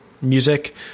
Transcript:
music